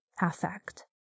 affect